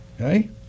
Okay